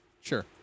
Sure